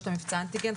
יש את מבצע אנטיגן,